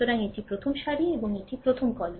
সুতরাং এটি প্রথম সারি এবং এটি প্রথম কলাম